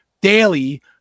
daily